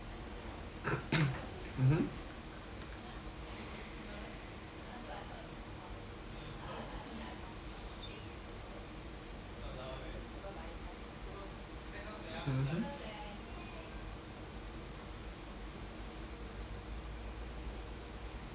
mmhmm mmhmm